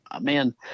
man